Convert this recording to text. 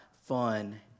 fun